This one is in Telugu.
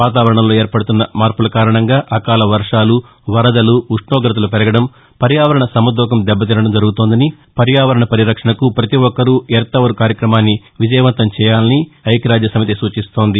వాతావరణంలో ఏర్పడుతున్న మార్పుల కారణంగా అకాల వర్షాలు వరదలు ఉష్ణోగతలు పెరగడం పర్యావరణ సమతూకం దెబ్బతినడం జరుగుతోందని పర్యావరణ పరిరక్షణకు ప్రతి ఒక్కరూ ఎర్త్ అవర్ కార్యక్రమాన్ని విజయవంతం చేయాలని ఐక్యరాజ్య సమితి సూచిస్తోంది